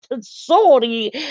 sorry